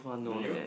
do you